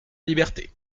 liberté